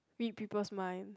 read people's mind